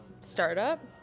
startup